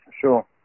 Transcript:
Sure